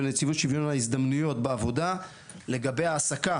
ונציבות שוויון הזדמנויות בעבודה לגבי העסקה